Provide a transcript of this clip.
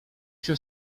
się